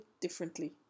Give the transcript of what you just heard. differently